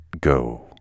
go